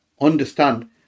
understand